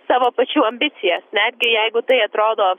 savo pačių ambicijas netgi jeigu tai atrodo